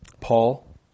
Paul